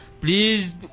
please